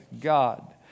God